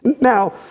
Now